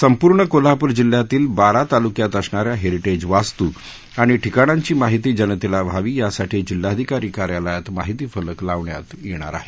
संपूर्ण कोल्हापूर जिल्ह्यातील बारा तालुक्यात असणाऱ्या हेरिटेज वास्तू आणि ठिकाणांची माहिती जनतेला व्हावी यासाठी जिल्हाधिकारी कार्यालयात माहिती फलक लावण्यात येणार आहेत